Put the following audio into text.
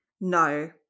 No